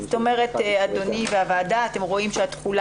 אדם שבדיעבד התגלה שאו שהוא חולה או שהתרחיש היותר סביר שהתגלה שהוא היה